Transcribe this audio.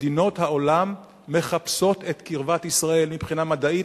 מדינות העולם מחפשות את קרבת ישראל מבחינה מדעית,